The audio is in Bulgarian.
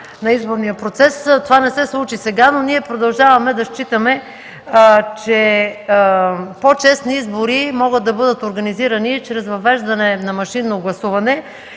на изборния процес, това не се случи сега. Но ние продължаваме да считаме, че по-честни избори могат да бъдат организирани чрез въвеждане на машинно гласуване